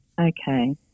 okay